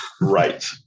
Right